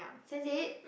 Sense Eight